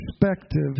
perspective